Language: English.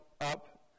up